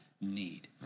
need